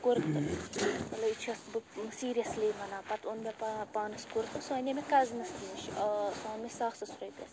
کُرتہٕ مطلب یہِ چھیٚس بہٕ سیٖریَسلی وَنان پَتہٕ اوٚن مےٚ پانَس کُرتہٕ سُہ اَنے مےٚ کَزنَس نِش آ سُہ اوٚن مےٚ ساسَس رۄپیَس